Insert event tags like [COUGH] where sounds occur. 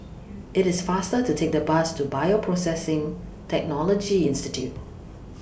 [NOISE] IT IS faster to Take The Bus to Bioprocessing Technology Institute